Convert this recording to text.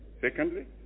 Secondly